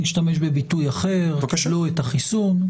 נשתמש בביטוי אחר ונאמר קיבלו את החיסון.